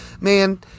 Man